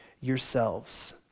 yourselves